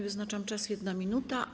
Wyznaczam czas - 1 minuta.